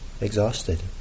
exhausted